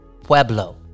Pueblo